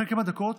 אחרי כמה דקות